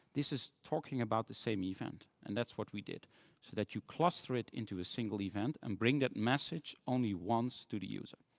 this is talking about the same event. and that's what we did, so that you cluster it into a single event and bring that message only once to the user.